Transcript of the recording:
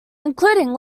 including